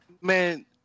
Man